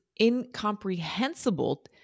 incomprehensible